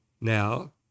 Now